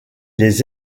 les